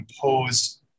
compose